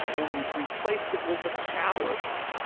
and we've replaced it with a chalice,